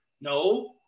no